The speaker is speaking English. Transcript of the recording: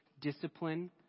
Discipline